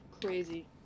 Crazy